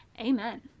Amen